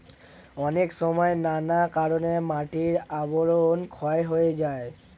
অনেক সময় নানা কারণে মাটির আবরণ ক্ষয় হয়ে যায়